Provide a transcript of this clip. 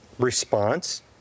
response